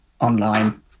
online